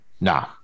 Nah